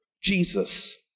Jesus